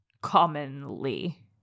commonly